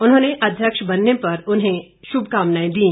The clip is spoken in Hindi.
उन्होंने अध्यक्ष बनने पर उन्हें शुभकामनाएं दीं